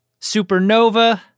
supernova